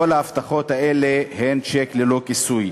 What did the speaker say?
כל ההבטחות האלה הן צ'ק ללא כיסוי.